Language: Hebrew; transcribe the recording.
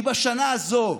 כי בשנה הזאת,